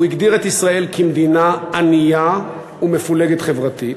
הוא הגדיר את ישראל כמדינה ענייה ומפולגת חברתית,